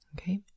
Okay